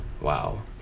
Wow